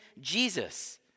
Jesus